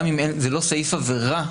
גם אם זה לא סעיף עבירה,